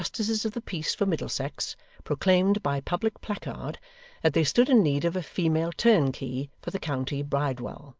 the justices of the peace for middlesex proclaimed by public placard that they stood in need of a female turnkey for the county bridewell,